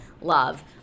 love